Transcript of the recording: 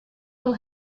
will